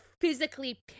physically